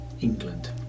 England